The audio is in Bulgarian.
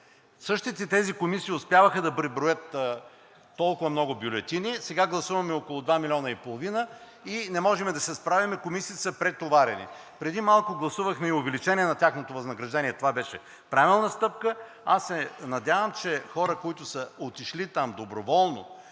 Същите тези комисии успяваха да преброят толкова много бюлетини – сега гласуваме около 2,5 милиона, и не можем да се справим, комисиите са претоварени. Преди малко гласувахме и увеличение на тяхното възнаграждение – това беше правилна стъпка. Аз се надявам, че хора, които са отишли там доброволно,